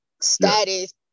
status